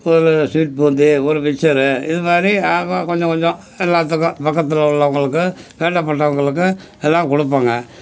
ஒரு ஸ்வீட் பூந்தி ஒரு மிச்சரு இது மாதிரி ஆமாம் கொஞ்சம் கொஞ்சம் எல்லாத்துக்கும் பக்கத்தில் உள்ளவர்களுக்கு வேண்டப்பட்டவர்களுக்கு எல்லாம் கொடுப்போங்க